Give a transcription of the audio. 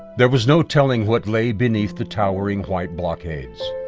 there was no telling what lay beneath the towering white blockades.